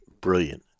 brilliant